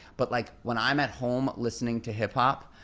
but like when i'm at home listening to hip hop,